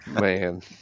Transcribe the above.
man